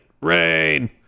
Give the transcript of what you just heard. rain